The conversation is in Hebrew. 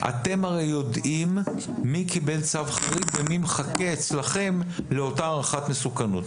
אתם הרי יודעים מי קיבל צו חריג ומי מחכה אצלכם לאותה הערכת מסוכנות,